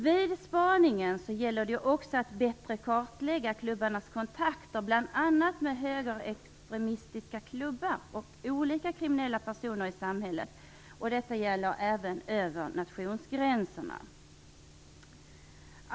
Vid spaningen gäller det också att bättre kartlägga klubbarnas kontakter, bl.a. med högerextremistiska klubbar och olika kriminella personer i samhället. Detta gäller även över nationsgränserna.